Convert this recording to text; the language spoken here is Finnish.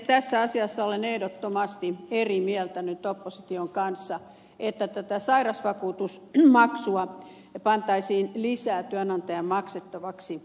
tässä asiassa olen nyt ehdottomasti eri mieltä opposition kanssa että tätä sairausvakuutusmaksua pantaisiin lisää työnantajan maksettavaksi